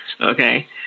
Okay